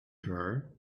her